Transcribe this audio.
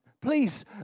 please